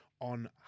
on